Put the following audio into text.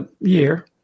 year